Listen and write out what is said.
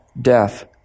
death